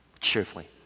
cheerfully